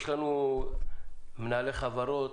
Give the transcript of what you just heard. יש לנו מנהלי חברות,